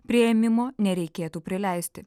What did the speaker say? priėmimo nereikėtų prileisti